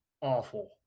awful